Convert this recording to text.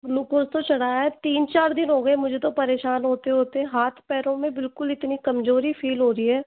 glucose तो चढ़ाया तीन चार दिन हो गए मुझे तो परेशान होते होते हाथ पैरों में बिल्कुल इतनी कमज़ोरी फील हो रही है